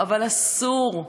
אבל אסור,